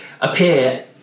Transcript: appear